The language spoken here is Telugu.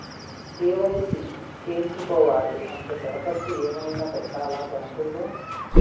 కే.వై.సి చేయించుకోవాలి అంటే దరఖాస్తు ఏమయినా పెట్టాలా బ్యాంకులో?